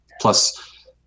plus